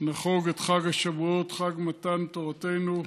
נחוג את חג השבועות, חג מתן תורתנו,